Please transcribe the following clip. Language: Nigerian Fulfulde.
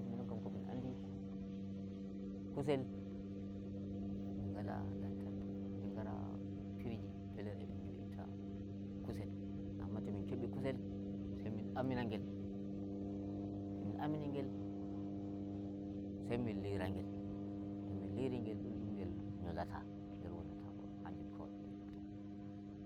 Minon kam ko min andi kusel, min ngala lantarki, min ngala pirji, fellere e min njo'inta kusel. Amma to min kebi kusel sai min amina ngel to min amini ngel, sai min lira ngel. To min liri ngel dum dun ngel nyolata ngel wonnatako hanjum kawai min gatta.